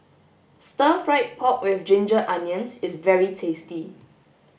stir fried pork with ginger onions is very tasty